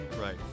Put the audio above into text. right